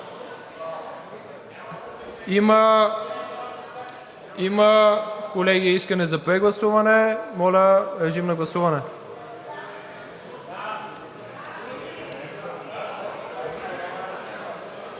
има искане за прегласуване. Моля, режим на гласуване.